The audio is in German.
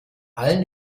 allen